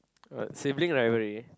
alright sibling rivalry